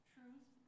Truth